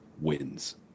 wins